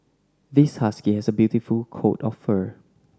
this husky has a beautiful coat of fur